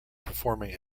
performing